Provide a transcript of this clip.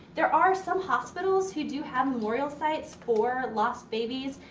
there are some hospitals who do have memorial sites for lost babies.